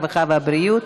הרווחה והבריאות.